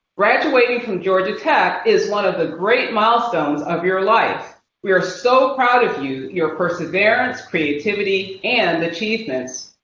graduating from georgia tech is one of the great milestones of your life we are so proud of you your perseverance, creativity and the achievements.